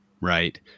right